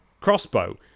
crossbow